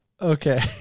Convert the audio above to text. Okay